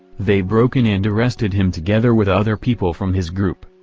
they broke in and arrested him together with other people from his group.